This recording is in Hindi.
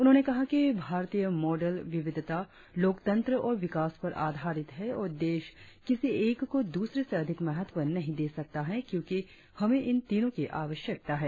उन्होंने कहा कि भारतीय मॉडल विविधता लोकतंत्र और विकास पर आधारित है और देश किसी एक को द्रसरे से अधिक महत्व नही दे सकता है क्योंकि हमें इन तीनों की आवश्यकता है